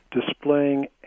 displaying